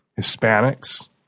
Hispanics